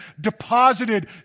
deposited